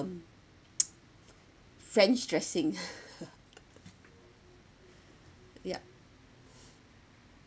french dressing yup